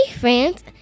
friends